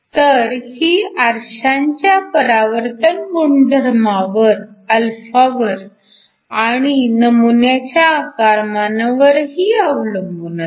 तर ही आरशांच्या परावर्तन गुणधर्मावर α वर आणि नमुन्याच्या आकारमानावरही अवलंबून असते